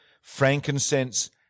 frankincense